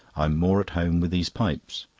i'm more at home with these pipes.